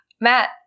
Matt